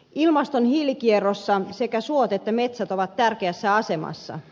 ilmaston hiilikierrossa sekä suot että metsät ovat tärkeässä asemassa